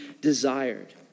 desired